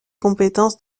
compétences